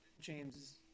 James